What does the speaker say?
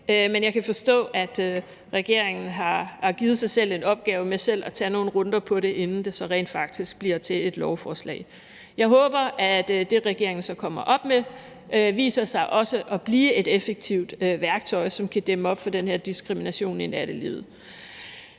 Men jeg kan forstå, at regeringen har givet sig selv en opgave med selv at tage nogle runder på det, inden det så rent faktisk bliver til et lovforslag. Jeg håber, at det, regeringen så kommer med, viser sig også at blive et effektivt værktøj, som kan dæmme op for den her diskrimination i nattelivet.